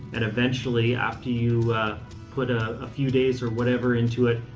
and eventually after you put a ah few days or whatever into it,